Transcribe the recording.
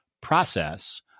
process